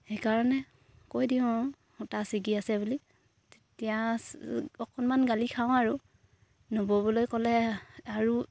সেইকাৰণে কৈ দিওঁ আৰু সূতা চিগি আছে বুলি তেতিয়া অকণমান গালি খাওঁ আৰু নবলে ক'লে আৰু